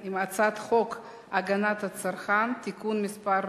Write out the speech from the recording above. חוק הגנת הצרכן (תיקון מס'